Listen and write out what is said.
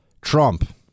Trump